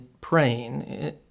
praying